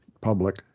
Public